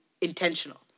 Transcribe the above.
intentional